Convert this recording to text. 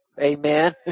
amen